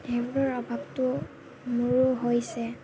সেইবোৰ অভাৱটো মোৰো হৈছে